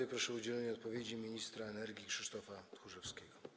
I proszę o udzielenie odpowiedzi ministra energii Krzysztofa Tchórzewskiego.